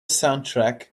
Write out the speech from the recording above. soundtrack